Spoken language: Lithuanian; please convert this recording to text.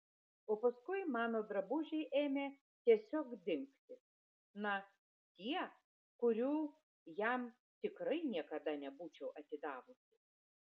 o paskui mano drabužiai ėmė tiesiog dingti na tie kurių jam tikrai niekada nebūčiau atidavusi